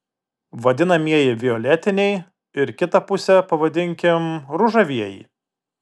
vadinamieji violetiniai ir kitą pusę pavadinkim ružavieji